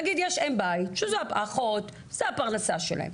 נגיד יש אם בית, אחות, זו הפרנסה שלהם.